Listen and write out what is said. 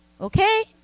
Okay